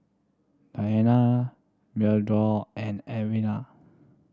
Diana Meadow and Edwina